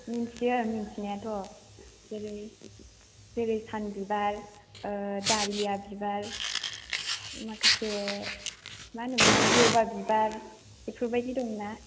मिनथियो मिनथिनायाथ' जेरै जेरै सानबिबार दालिया बिबार माखासे मा होनोमोनथाय जबा बिबार बेफोर बायदि दंना